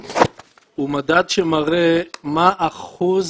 הוא מדד שמראה מה אחוז